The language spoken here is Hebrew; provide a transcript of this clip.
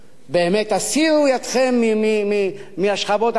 באמת, הסירו ידכם מהשכבות החלשות.